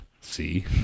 See